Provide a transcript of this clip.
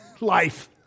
life